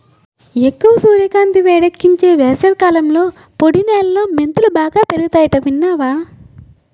ఎక్కువ సూర్యకాంతి, వేడెక్కించే వేసవికాలంలో పొడి నేలలో మెంతులు బాగా పెరుగతాయట విన్నావా